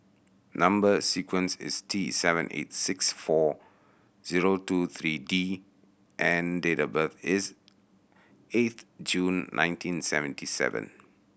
number sequence is T seven eight six four zero two three D and date of birth is eighth June nineteen seventy seven